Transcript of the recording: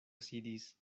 sidis